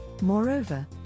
Moreover